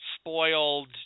spoiled